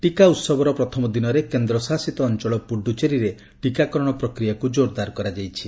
ଟିକା ଉହବର ପ୍ରଥମ ଦିନରେ କେନ୍ଦ୍ରଶାସିତ ଅଞ୍ଚଳ ପୁଡ଼ୁଚେରୀରେ ଟିକାକରଣ ପ୍ରକ୍ରିୟାକୁ ଜୋର୍ଦାର୍ କରାଯାଇଛି